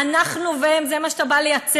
"אנחנו והם"; זה מה שאתה בא לייצר.